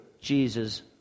Jesus